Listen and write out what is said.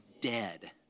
dead